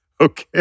Okay